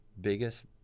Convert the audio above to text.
biggest